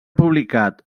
publicat